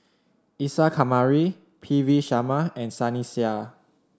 Isa Kamari P V Sharma and Sunny Sia